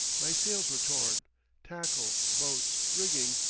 my sails were torn tackle, boats, rigging,